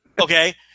Okay